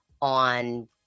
on